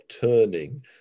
turning